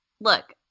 look